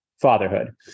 fatherhood